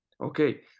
okay